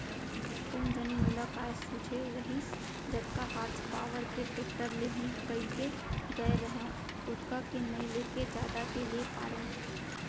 कोन जनी मोला काय सूझे रहिस जतका हार्स पॉवर के टेक्टर लेहूँ कइके गए रहेंव ओतका के नइ लेके जादा के ले पारेंव